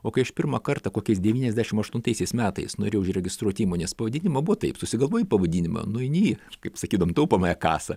o kai aš pirmą kartą kokiais devyniasdešim aštuntaisiais metais norėjau užregistruot įmonės pavadinimą buvo taip susigalvoji pavadinimą nueini į kaip sakydavom taupomąją kasą